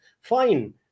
fine